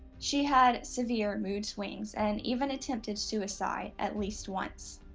she had severe mood swings and even attempted suicide at least once.